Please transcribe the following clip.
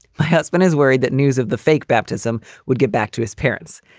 my husband is worried that news of the fake baptism would get back to his parents.